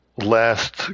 last